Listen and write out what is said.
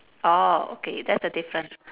oh okay that's the difference